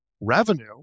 revenue